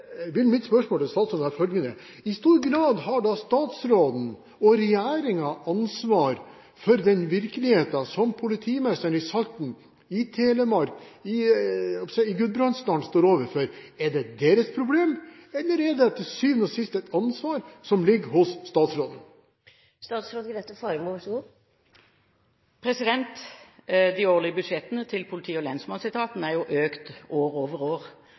ansvar for den virkeligheten som politimesterne i Salten, i Telemark og i Gudbrandsdalen står overfor? Er det deres problem, eller er det til syvende og sist et ansvar som ligger hos statsråden? De årlige budsjettene til politi- og lensmannsetaten har økt over år,